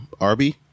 arby